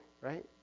right